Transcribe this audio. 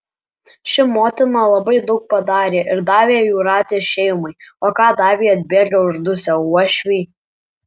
ši motina labai daug padarė ir davė jūratės šeimai o ką davė atbėgę uždusę uošviai